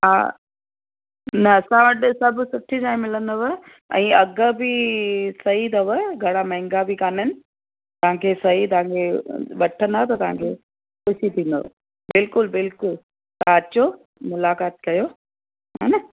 हा न असां वटि सभु सुठी शइ मिलंदव ऐं अघि बि सही अथव घणा महांगा बि कोन्हनि तव्हांखे सही तव्हांखे वठंदा त तव्हांखे ख़ुशी थींदव बिल्कुल बिल्कुल तव्हां अचो मुलाकातु कयो हा न